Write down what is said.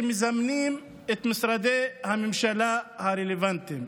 מזמנים את משרדי הממשלה הרלוונטיים.